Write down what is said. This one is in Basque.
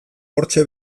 hortxe